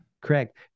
Correct